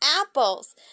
apples